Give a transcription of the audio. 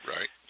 Right